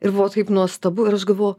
ir buvo taip nuostabu ir aš galvojau